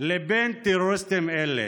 לבין טרוריסטים אלה.